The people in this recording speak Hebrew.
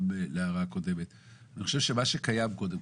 שקיים פה,